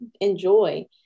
enjoy